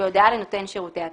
בהודעה לנותן שירותי התשלום,